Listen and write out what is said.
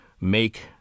make